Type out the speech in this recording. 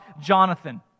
Jonathan